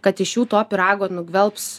kad iš jų to pyrago nugvelbs